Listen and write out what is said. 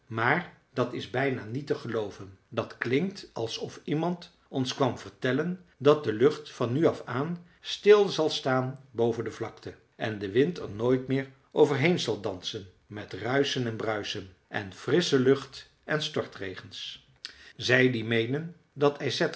maar dat is bijna niet te gelooven dat klinkt alsof iemand ons kwam vertellen dat de lucht van nu af aan stil zal staan boven de vlakte en de wind er nooit meer over heen zal dansen met ruischen en bruisen en frissche lucht en stortregens zij die meenen dat